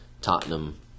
Tottenham